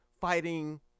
fighting